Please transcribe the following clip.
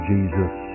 Jesus